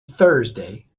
thursday